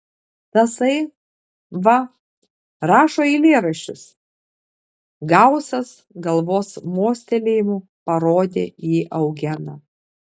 tasai va rašo eilėraščius gausas galvos mostelėjimu parodė į eugeną